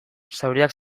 zauriak